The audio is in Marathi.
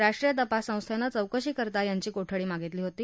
राष्ट्रीय तपास संस्थेनं चौकशी करिता यांची कोठडी मागितली होती